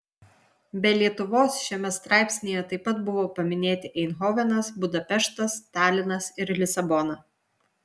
be lietuvos šiame straipsnyje taip pat buvo paminėti eindhovenas budapeštas talinas ir lisabona